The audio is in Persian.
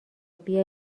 بیا